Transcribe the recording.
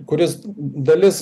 kuris dalis